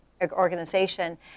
organization